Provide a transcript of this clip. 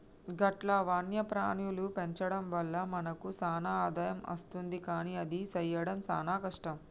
గట్ల వన్యప్రాణుల పెంచడం వల్ల మనకు సాన ఆదాయం అస్తుంది కానీ అది సెయ్యడం సాన కష్టం